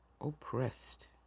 oppressed